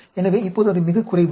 எனவே இப்போது அது மிகக் குறைவு